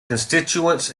constituents